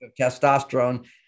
testosterone